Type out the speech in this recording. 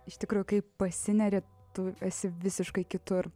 iš tikrųjų kai pasineri tu esi visiškai kitur